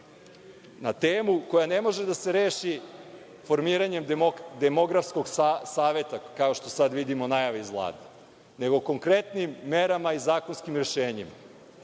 na temu koja ne može da se reši formiranjem demografskog saveta, kao što sada vidimo najave iz Vlade, nego konkretnim merama i zakonskim rešenjima. Mi